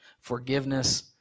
forgiveness